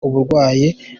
uburwayi